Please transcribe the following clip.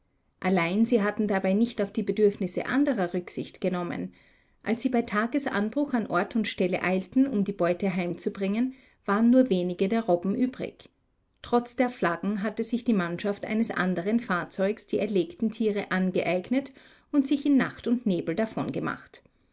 allein sie hatten dabei nicht auf die bedürfnisse anderer rücksicht genommen als sie bei tagesanbruch an ort und stelle eilten um ihre beute heimzubringen waren nur wenige der robben übrig trotz der flaggen hatte sich die mannschaft eines anderen fahrzeugs die erlegten tiere angeeignet und sich in nacht und nebel